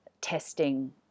testing